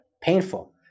painful